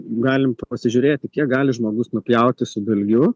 galim pasižiūrėti kiek gali žmogus nupjauti su dalgiu